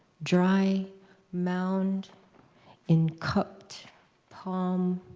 dry mound in cupped palm.